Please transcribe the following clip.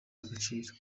agaciro